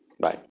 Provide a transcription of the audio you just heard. bye